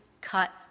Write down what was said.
cut